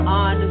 on